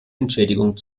entschädigung